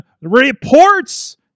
Reports